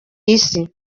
isi